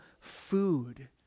food